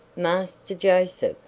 master joseph,